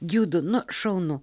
judu nu šaunu